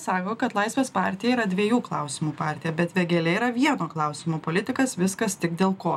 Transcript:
sako kad laisvės partija yra dviejų klausimų partija bet vėgėlė yra vieno klausimo politikas viskas tik dėl ko